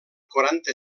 quaranta